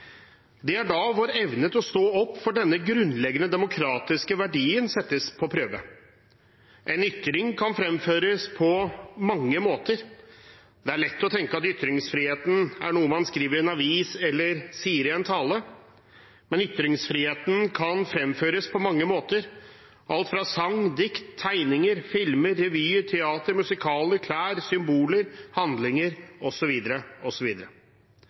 Det er da vår evne til å stå opp for denne grunnleggende demokratiske verdien settes på prøve. En ytring kan fremføres på mange måter. Det er lett å tenke at ytringsfrihet gjelder noe man skriver i en avis eller sier i en tale, men ytringer kan fremføres på mange måter – alt fra sang, dikt, tegninger, filmer, revyer, teater og musikaler til klær, symboler, handlinger